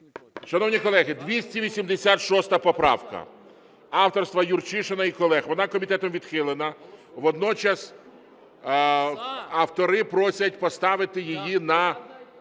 Шановні колеги, 286 поправка авторства Юрчишина і колег. Вона комітетом відхилена, водночас автори просять поставити її на